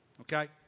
okay